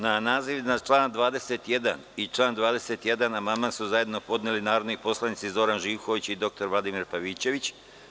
Na naziv iznad člana 21. i član 21. amandman su zajedno podneli narodni poslanici Zoran Živković i Vladimir Pavićević.